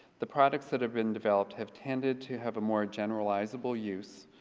the products that have been developed have tended to have a more generalizable use.